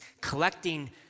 collecting